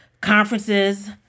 conferences